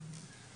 הנושא: